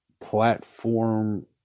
platform